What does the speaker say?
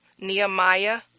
Nehemiah